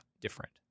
different